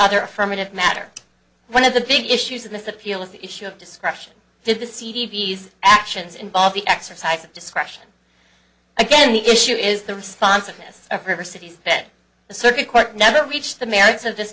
other affirmative matter one of the big issues in this appeal is the issue of discretion did the c v s actions involve the exercise of discretion again the issue is the responsiveness of river cities that the circuit court never reached the merits of this